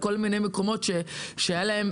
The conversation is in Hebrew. לגבי כל מיני מקומות שהיה להם